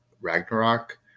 Ragnarok